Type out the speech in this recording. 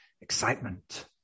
excitement